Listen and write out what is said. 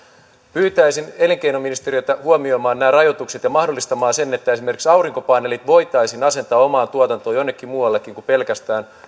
pyytäisin elinkeinoministeriötä huomioimaan nämä rajoitukset ja mahdollistamaan sen että esimerkiksi aurinkopaneelit voitaisiin asentaa omaan tuotantoon jonnekin muuallekin kuin pelkästään